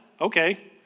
okay